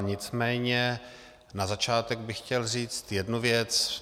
Nicméně na začátek bych chtěl říct jednu věc.